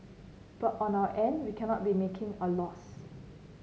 but on our end we cannot be making a loss